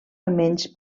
almenys